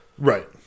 Right